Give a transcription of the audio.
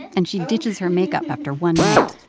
and she ditches her makeup after one night.